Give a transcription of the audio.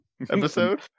episode